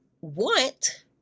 want